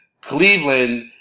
Cleveland